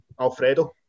Alfredo